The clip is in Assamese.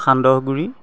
সান্দহগুড়ি